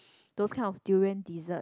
those kind of durian dessert